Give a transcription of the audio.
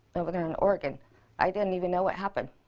but but and like and i didn't even know what happened,